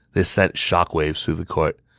this sent shockwaves through the court.